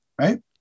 Right